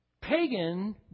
pagan